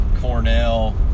Cornell